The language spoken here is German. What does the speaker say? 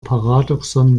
paradoxon